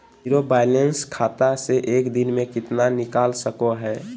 Zero balance खाता से एक दिन में कितना निकाल सको है?